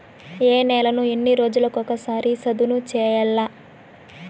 ఏ నేలను ఎన్ని రోజులకొక సారి సదును చేయల్ల?